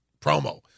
promo